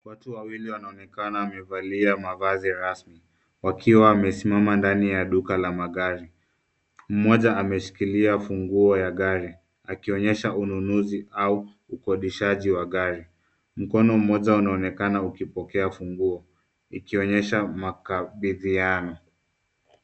Watu wawili wanaonekana wamevalia mavazi rasmi, wakiwa wamesimama ndani ya duka la magari. Mmoja ameshikilia funguo ya gari, akionyesha ununuzi au ukodishaji wa gari. Mkono mmoja unaonekana ukipokea funguo, ikionyesha makabidhiano.